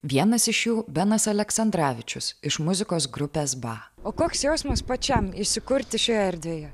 vienas iš jų benas aleksandravičius iš muzikos grupės ba o koks jausmas pačiam įsikurti šioje erdvėje